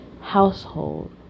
household